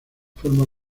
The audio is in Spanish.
forma